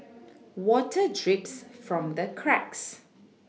water drips from the cracks